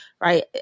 Right